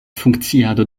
funkciado